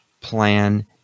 plan